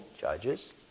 judges